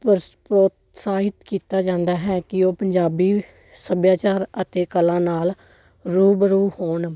ਪਰ ਪ੍ਰੋਤਸਾਹਿਤ ਕੀਤਾ ਜਾਂਦਾ ਹੈ ਕਿ ਉਹ ਪੰਜਾਬੀ ਸੱਭਿਆਚਾਰ ਅਤੇ ਕਲਾ ਨਾਲ ਰੂਬਰੂ ਹੋਣ